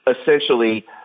essentially